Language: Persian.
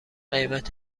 قیمت